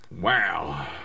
Wow